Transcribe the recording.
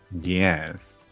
Yes